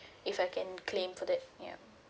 if I can claim for it ya